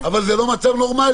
אבל זה לא מצב נורמלי.